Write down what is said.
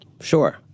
sure